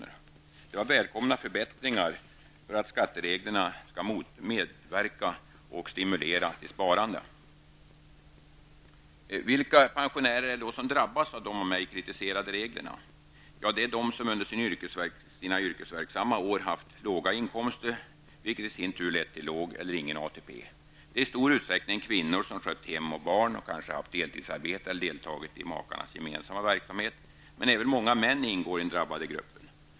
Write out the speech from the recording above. Detta var välkomna förbättringar i skattereglerna, och syftet var att vi skulle få regler som inte motlle få regler som inte motverkar utan i stället stimulerar sparandet. Vilka pensionärer är det då som drabbas av de av mig kritiserade reglerna? Det är de som under sina yrkesverksamma år haft låga inkomster, något som i sin tur har lett att de har låg eller ingen ATP. Det är i stor utsträckning kvinnor som skött hem och barn och kanske haft deltidsarbete eller arbetat i makarnas gemensamma rörelse. Men även många män ingår i den drabbade gruppen.